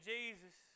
Jesus